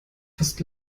fast